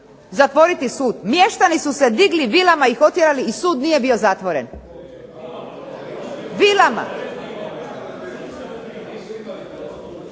zatvoriti sud. Mještani su se digli vilama i potjerali i sud nije bio zatvoren. Vilama!